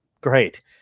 great